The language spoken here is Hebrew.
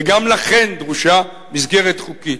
וגם לכן דרושה מסגרת חוקית.